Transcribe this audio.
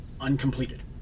uncompleted